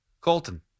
Colton